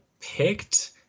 picked